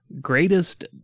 greatest